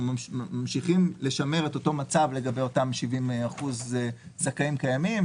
אנחנו ממשיכים לשמר את אותו מצב לגבי אותם 70% זכאים קיימים,